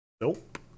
Nope